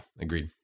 agreed